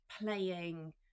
playing